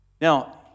now